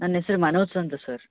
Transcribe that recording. ನನ್ನ ಹೆಸ್ರು ಮನೋಸ್ ಅಂತ ಸರ್